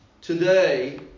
today